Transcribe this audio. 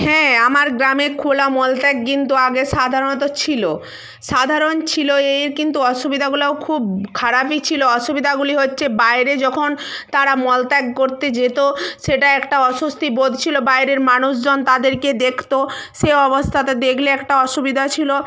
হ্যাঁ আমার গ্রামে খোলা মলত্যাগ কিন্তু আগে সাধারণত ছিলো সাধারণ ছিলো এর কিন্তু অসুবিধাগুলোও খুব খারাপই ছিলো অসুবিধাগুলি হচ্ছে বাইরে যখন তারা মল ত্যাগ করতে যেত সেটা একটা অস্বস্তি বোধ ছিলো বাইরের মানুষজন তাদেরকে দেখত সে অবস্থাতে দেখলে একটা অসুবিধা ছিলো